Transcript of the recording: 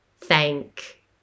thank